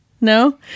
No